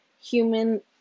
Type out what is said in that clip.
human